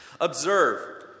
Observe